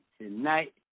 tonight